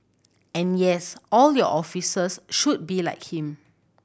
and yes all your officers should be like him